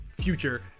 future